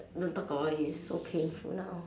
don't talk about it it's so painful now